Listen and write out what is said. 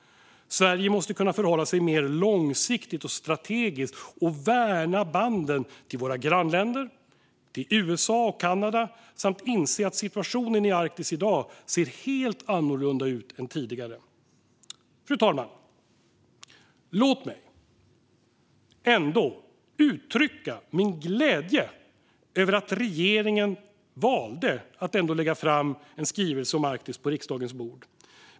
Sverige måste kunna förhålla sig mer långsiktigt och strategiskt, värna banden till våra grannländer och till USA och Kanada samt inse att situationen i Arktis i dag ser helt annorlunda ut än tidigare. Fru talman! Låt mig ändå uttrycka min glädje över att regeringen valde att lägga fram en skrivelse om Arktis på riksdagens bord.